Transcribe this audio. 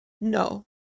No